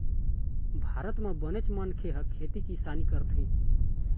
भारत म बनेच मनखे ह खेती किसानी करथे